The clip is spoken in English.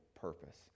purpose